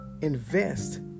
invest